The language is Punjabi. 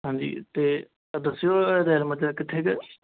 ਹਾਂਜੀ ਅਤੇ ਦੱਸਿਓ ਰੈਲ ਮਾਜਰਾ ਕਿੱਥੇ ਕ ਹੈ